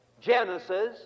Genesis